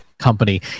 company